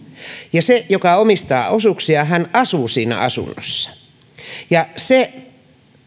ja se joka omistaa osuuksia asuu siinä asunnossa ja se